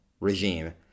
regime